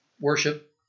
worship